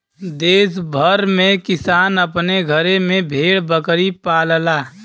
देस भर में किसान अपने घरे में भेड़ बकरी पालला